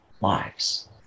lives